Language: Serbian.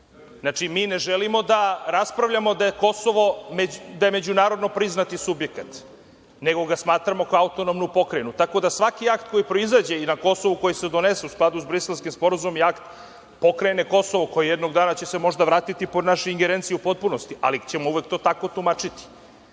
mi ne želimo da raspravljamo da je Kosovo međunarodno priznati subjekat, nego ga smatramo kao autonomnu pokrajinu. Tako da, svaki akt koji proizađe i na Kosovu koji se donese u skladu sa Briselskim sporazumom je akt pokrajine Kosovo, koji će se jednog dana možda vratiti pod našu ingerenciju u potpunosti, ali ćemo uvek to tako tumačiti.